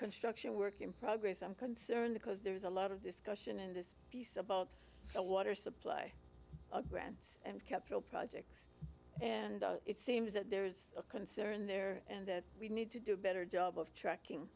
construction work in progress i'm concerned because there's a lot of discussion in this piece about a water supply grants and capital projects and it seems that there's a concern there and that we need to do a better job of tracking